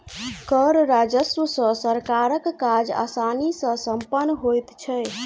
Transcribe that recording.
कर राजस्व सॅ सरकारक काज आसानी सॅ सम्पन्न होइत छै